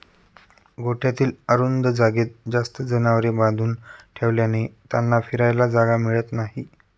गोठ्यातील अरुंद जागेत जास्त जनावरे बांधून ठेवल्याने त्यांना फिरायला जागा मिळत नाही